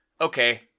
Okay